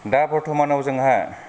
दा बर्थमानाव जोंहा